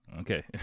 Okay